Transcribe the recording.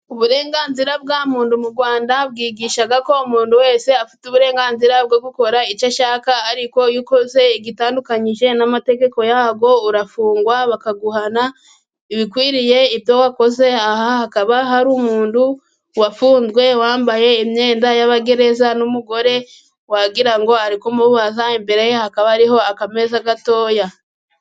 Uburenganzira bwa muntu mu Rwanda, bwigisha ko umuntu wese afite uburenganzira bwo gukora icyo ashaka, ariko iyo ukoze igitandukanye n'amategeko yabwo urafungwa bakaguhana ibikwiriye ibyo wakoze, aha hakaba hari umuntu wafunzwe wambaye imyenda y'abagereza, n'umugore wagira ngo ari kumubaza imbere ye hakaba hariho akameza gatoya.